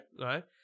right